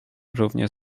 równie